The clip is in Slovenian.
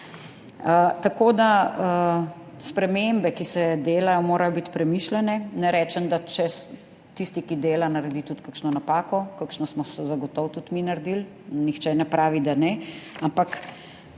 Tako da spremembe, ki se delajo, morajo biti premišljene, Ne rečem, da če tisti, ki dela, naredi tudi kakšno napako, kakšno smo zagotovo tudi mi naredili, nihče ne pravi, da ne, ampak